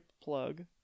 plug